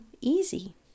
easy